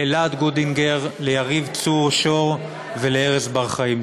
אלעד גודינגר, יריב צור שור וארז בר-חיים.